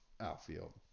Outfield